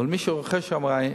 אבל מי שרוכש MRI,